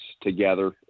together